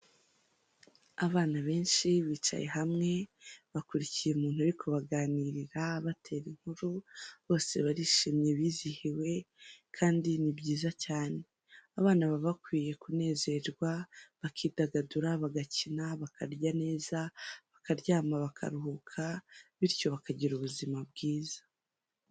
Abana benshi bicaye hamwe bakurikiye umuntu ariko baganirira batera inkuru, bose barishimye bizihiwe kandi ni byiza cyane, abana baba bakwiye kunezerwa, bakidagadura, bagakina, bakarya neza, bakaryama, bakaruhuka bityo bakagira ubuzima bwiza.